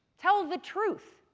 tell the truth!